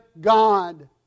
God